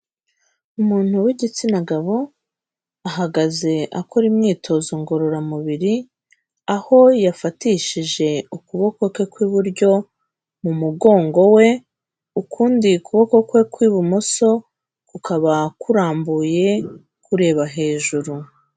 Umuntu w'igitsina gabo ahagaze akora imyitozo ngororamubiri, aho yafatishije ukuboko kwe kw'iburyo mu mugongo we, ukundi kuboko kwe kw'ibumoso kukaba kurambuye, kureba hejuru.